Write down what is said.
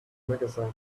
magazine